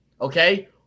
Okay